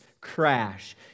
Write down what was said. crash